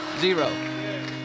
Zero